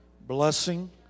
blessing